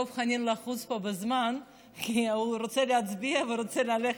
דב חנין לחוץ פה בזמן כי הוא רוצה להצביע ורוצה ללכת,